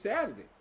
Saturday